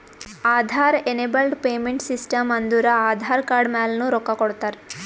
Aadhaar enabled payment system ಅಂದುರ್ Aadhaar card ಮ್ಯಾಲನು ರೊಕ್ಕಾ ಕೊಡ್ತಾರ